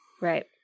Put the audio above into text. right